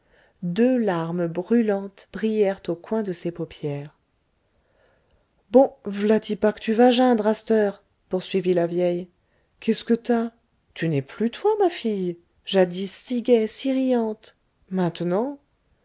deux larmes brûlantes brillèrent au coin de ses paupières bon vlà t y pas que tu vas geindre à c't'heure poursuivit la vieille qu'est-ce que t'as tu n'es plus toi ma fille jadis si gaie si riante maintenant